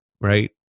right